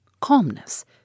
Calmness